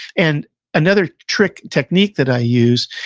and another trick, technique that i use,